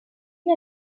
une